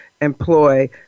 employ